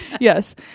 Yes